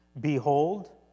Behold